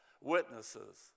witnesses